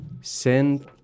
Send